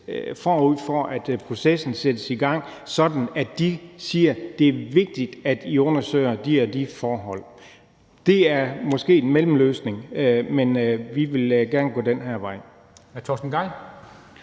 for at processen sættes i gang. Så kan de sige, at det er vigtigt, at vi undersøger de og de forhold. Det er måske en mellemløsning, men vi vil gerne gå den her vej.